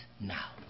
now